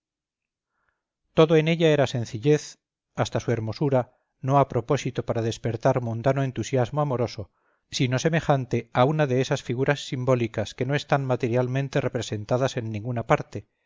todo en ella era sencillez hasta su hermosura no a propósito para despertar mundano entusiasmo amoroso sino semejante a una de esas figuras simbólicas que no están materialmente representadas en ninguna parte